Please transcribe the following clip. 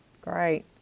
great